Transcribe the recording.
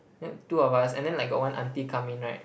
then two of us and then like got one aunty come in right